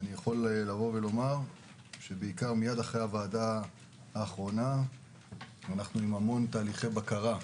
אני יכול לומר שמיד אחרי הוועדה האחרונה אנחנו עם הרבה תהליכי בקרה,